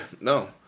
no